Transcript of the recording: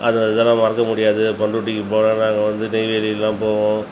அது இதெலாம் மறக்க முடியாது பண்ரூட்டிக்கு போனேன்னா அங்கே வந்து டெய்லி வெளியிலலாம் போவோம்